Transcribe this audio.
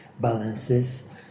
balances